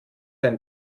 ein